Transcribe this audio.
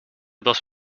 dos